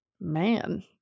man